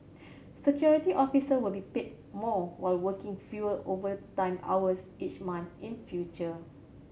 security officer will be paid more while working fewer overtime hours each month in future